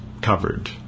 covered